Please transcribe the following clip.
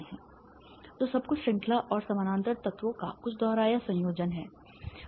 तो सब कुछ श्रृंखला और समानांतर तत्वों का कुछ दोहराया संयोजन है